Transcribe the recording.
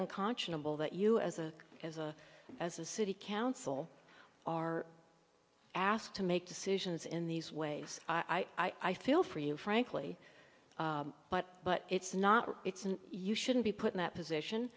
unconscionable that you as a as a as a city council are asked to make decisions in these ways i feel for you frankly but but it's not it's and you shouldn't be put in that position